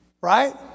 Right